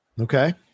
Okay